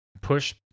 push